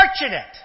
fortunate